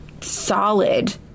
solid